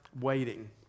Waiting